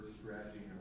strategy